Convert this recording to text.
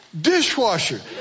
dishwasher